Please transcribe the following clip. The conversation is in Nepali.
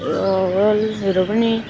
रुलहरू पनि